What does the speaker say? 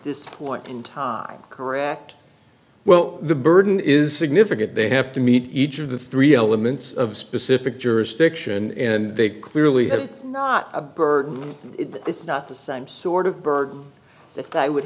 this point in time correct well the burden is significant they have to meet each of the three elements of specific jurisdiction and they clearly have it's not a burden it's not the same sort of burden that they would